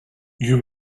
you